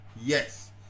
Yes